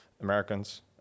Americans